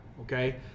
okay